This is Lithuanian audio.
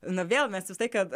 na vėl mes visą laiką